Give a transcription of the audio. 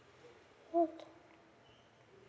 uh